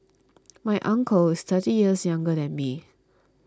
my uncle is thirty years younger than me